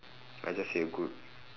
I just say good